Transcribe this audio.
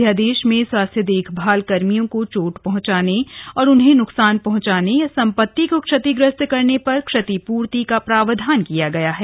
अध्यादेश में स्वास्थ्य देखभाल कर्मियों को चोट पहुंचाने या उन्हें नुकसान पहुंचाने या संपत्ति ा को क्षतिग्रस्त करने पर क्षतिपूर्ति का प्रावधान किया गया है